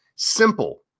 Simple